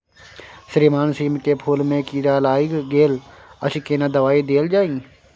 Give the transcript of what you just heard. श्रीमान सीम के फूल में कीरा लाईग गेल अछि केना दवाई देल जाय?